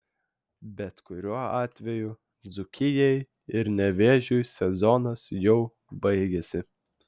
bet kuriuo atveju dzūkijai ir nevėžiui sezonas jau baigėsi